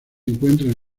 encuentran